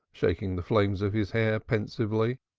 shaking the flames of his hair pensively.